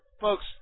Folks